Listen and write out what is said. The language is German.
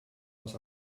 aus